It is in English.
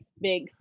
big